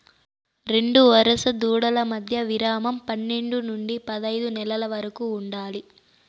రెండు వరుస దూడల మధ్య విరామం పన్నేడు నుండి పదైదు నెలల వరకు ఉండాలి